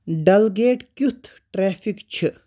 ڈلگیٹ کِیُتھ ٹریفِک چھِ ؟